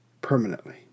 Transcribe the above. permanently